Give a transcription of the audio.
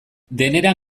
denera